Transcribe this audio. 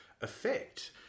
effect